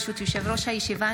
ברשות יושב-ראש הישיבה,